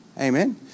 Amen